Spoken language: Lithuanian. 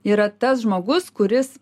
yra tas žmogus kuris